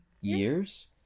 Years